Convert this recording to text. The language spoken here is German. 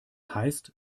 heißt